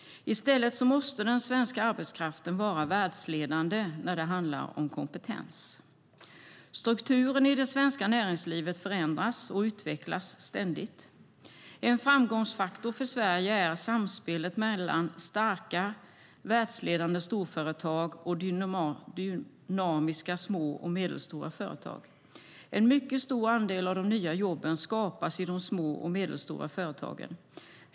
I stället måste den svenska arbetskraften vara världsledande när det handlar om kompetens. Strukturen i det svenska näringslivet förändras och utvecklas ständigt. En framgångsfaktor för Sverige är samspelet mellan starka världsledande storföretag och dynamiska små och medelstora företag. En mycket stor andel av de nya jobben skapas i de små och medelstora företagen.